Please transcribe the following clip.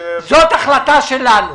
זו ההחלטה שלנו.